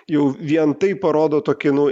jau vien tai parodo tokį nu